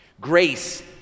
Grace